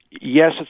yes